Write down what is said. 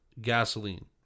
gasoline